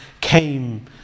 came